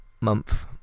month